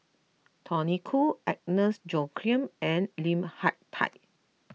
Tony Khoo Agnes Joaquim and Lim Hak Tai